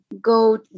go